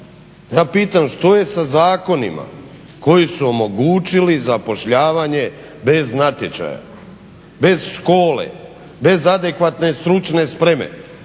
Ja pitam što je sa zakonima koji su omogućili zapošljavanje bez natječaja, bez škole, bez adekvatne stručne spreme?